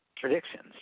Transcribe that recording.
predictions